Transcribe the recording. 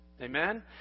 Amen